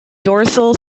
dorsal